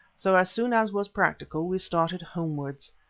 so as soon as was practical we started homewards.